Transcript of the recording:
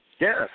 Yes